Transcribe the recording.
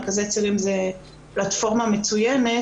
מרכזי צעירים זו פלטפורמה מצוינת,